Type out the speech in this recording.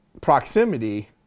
proximity